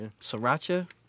Sriracha